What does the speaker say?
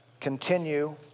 continue